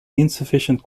insufficient